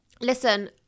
listen